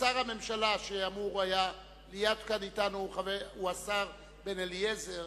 שר הממשלה שהיה אמור להיות אתנו כאן הוא השר בן-אליעזר,